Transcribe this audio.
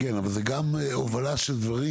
אבל זה גם הובלה של דברים